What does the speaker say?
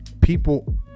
people